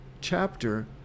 chapter